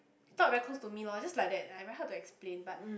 thought very close to me lor just like that I very hard to explain but